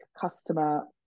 customer